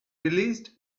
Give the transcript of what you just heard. released